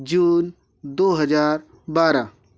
जून दो हजार बारह